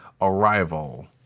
arrival